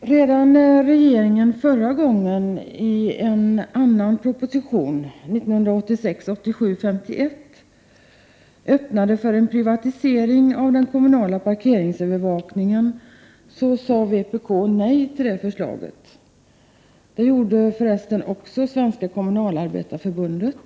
Redan när regeringen förra gången i en annan proposition, 1986/87:51, öppnade för en privatisering av den kommunala parkeringsövervakningen, sade vpk nej till det förslaget. Det gjorde förresten också Svenska kommunalarbetareförbundet.